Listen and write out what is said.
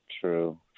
True